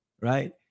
Right